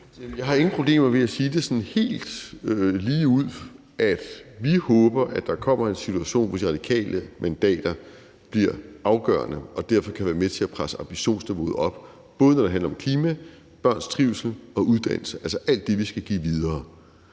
Jeg har ingen problemer med at sige sådan helt ligeud, at vi håber, at der kommer en situation, hvor radikale mandater bliver afgørende og derfor kan være med til at presse ambitionsniveauet op, både når det handler om klima, børns trivsel og uddannelse, altså alt det, vi skal give videre.